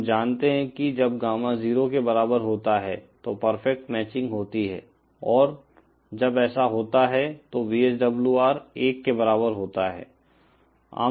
हम जानते हैं कि जब गामा 0 के बराबर होता है तो परफेक्ट मैचिंग होती है और जब ऐसा होता है तो VSWR 1 के बराबर होता है